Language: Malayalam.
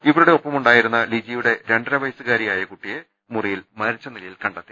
ഇവരുടെ ഒപ്പമു ണ്ടായിരുന്ന ലിജിയുടെ രണ്ടരവയസ്സുകാരിയായ കുട്ടിയെ മുറി യിൽ മരിച്ചനിലയിലും കണ്ടെത്തി